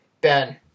Ben